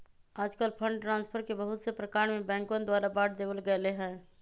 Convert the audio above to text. आजकल fund transfer के बहुत से प्रकार में बैंकवन द्वारा बांट देवल गैले है